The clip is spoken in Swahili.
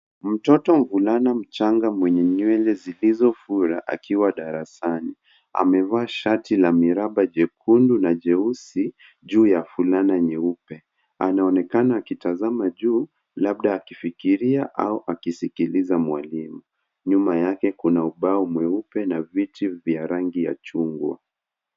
Mtoto mvulana mchanga mwenye nywele zilizofura akiwa darasani. Amevaa shati la miraba jekundu na jeusi juu ya fulana nyeupe. Anaonekana akitazama juu labda akifikiria au akisikiliza mwalimu. Nyuma yake kuna ubao mweupe na viti vya rangi ya chungwa.